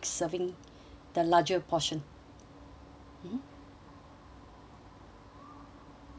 the larger portion